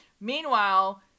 Meanwhile